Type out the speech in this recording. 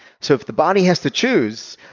so if the body has to choose,